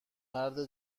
مرد